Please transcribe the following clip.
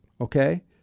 okay